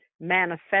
manifest